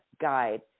guide